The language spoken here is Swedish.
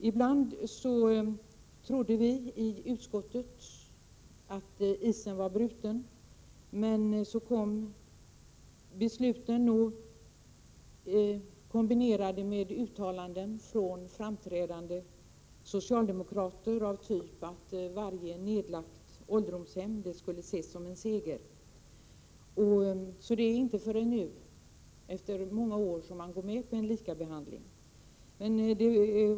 Ibland trodde vi i utskottet att isen var bruten, men så kom besluten kombinerade med uttalanden från framträdande socialdemokrater av typen att varje nedlagt ålderdomshem skulle ses som en seger. Det är alltså inte förrän nu, efter många år, som socialdemokraterna går med på en lika behandling.